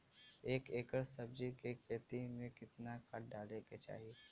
एक एकड़ सब्जी के खेती में कितना खाद डाले के चाही?